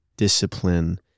discipline